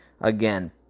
again